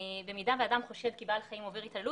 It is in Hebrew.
במידה ואדם חושד כי בעל חיים עובר התעללות